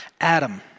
Adam